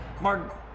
Mark